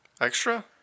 Extra